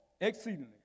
exceedingly